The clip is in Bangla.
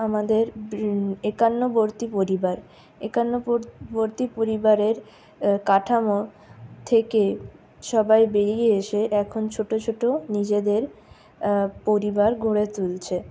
আমাদের একান্নবর্তী পরিবার একান্নবর্তী পরিবারের কাঠামো থেকে সবাই বেরিয়ে এসে এখন ছোটো ছোটো নিজেদের পরিবার গড়ে তুলছে